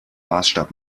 maßstab